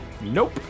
Nope